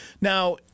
Now